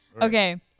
Okay